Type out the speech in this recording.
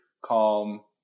calm